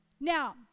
Now